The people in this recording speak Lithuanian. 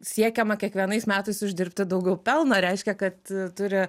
siekiama kiekvienais metais uždirbti daugiau pelno reiškia kad turi